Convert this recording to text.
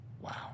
Wow